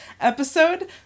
episode